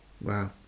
wow